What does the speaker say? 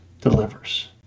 delivers